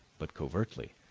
but covertly,